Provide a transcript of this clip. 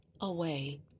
away